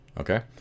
Okay